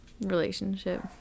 relationship